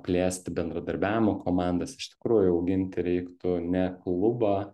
plėsti bendradarbiavimo komandas iš tikrųjų auginti reiktų ne klubą